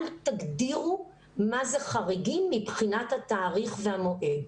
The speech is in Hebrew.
אל תגדירו מה זה חריגים מבחינת התאריך והמועד.